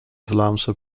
vlaamse